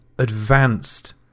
Advanced